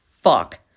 fuck